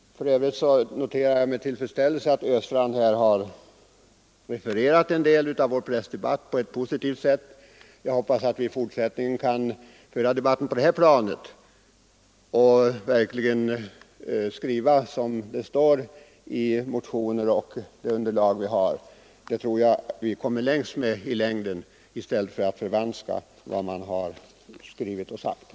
För övrigt noterar jag med tillfredsställelse att herr Östrand här på ett positivt sätt refererat en del av vår pressdebatt. Jag hoppas att vi i fortsättningen kan föra debatten på det planet och referera vad som verkligen sägs i motioner och annat material på ett riktigt sätt — det tror jag att vi kommer längst med i det långa loppet — i stället för att förvanska vad som har skrivits och sagts.